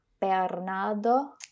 Bernardo